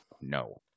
No